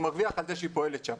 הוא מרוויח על זה שהיא פועלת שם.